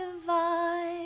divide